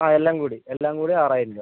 ആ എല്ലാം കൂടി എല്ലാം കൂടി ആറായിരം രൂപ